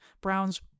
Browns